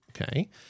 Okay